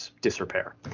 disrepair